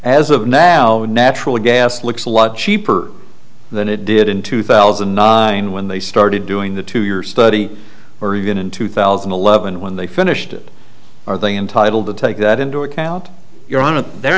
as of now natural gas looks a lot cheaper than it did in two thousand and nine when they started doing the two year study or even in two thousand and eleven when they finished it are they entitled to take that into account you're on a they're